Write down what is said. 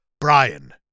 Brian